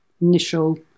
initial